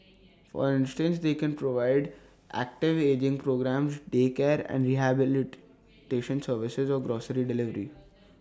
for instance they can provide active ageing programmes daycare and rehabilitation services or grocery delivery